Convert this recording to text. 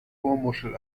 ohrmuschel